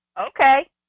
Okay